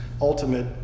ultimate